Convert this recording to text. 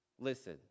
Listen